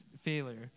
failure